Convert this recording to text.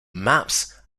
maps